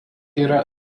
yra